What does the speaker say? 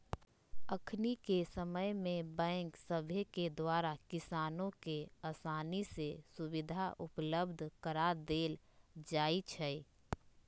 अखनिके समय में बैंक सभके द्वारा किसानों के असानी से सुभीधा उपलब्ध करा देल जाइ छइ